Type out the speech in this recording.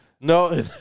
no